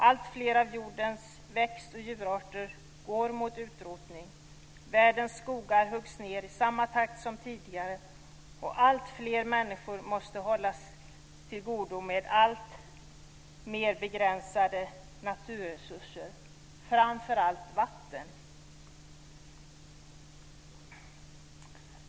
Alltfler av jordens växt och djurarter går mot utrotning. Världens skogar huggs ned i samma takt som tidigare. Och alltfler människor måste hålla till godo med alltmer begränsade naturresurser, framför allt vatten.